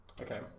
Okay